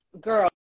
Girl